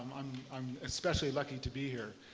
um i'm especially lucky to be here.